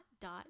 dot